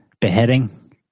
Beheading